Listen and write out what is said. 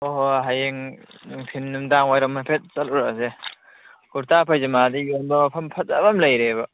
ꯍꯣꯏ ꯍꯣꯏ ꯍꯌꯦꯡ ꯅꯨꯡꯊꯤꯟ ꯅꯨꯃꯤꯗꯥꯡ ꯋꯥꯏꯔꯝ ꯍꯥꯏꯐꯦꯠ ꯆꯠꯂꯨꯔꯁꯦ ꯀꯨꯔꯇꯥ ꯄꯥꯏꯖꯃꯥꯟꯗꯤ ꯌꯣꯟꯕ ꯃꯐꯝ ꯐꯖꯕ ꯑꯃ ꯂꯩꯔꯦꯕ